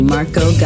Marco